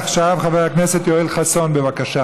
עכשיו חבר הכנסת יואל חסון, בבקשה.